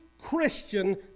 Christian